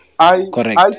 Correct